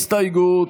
הסתייגות.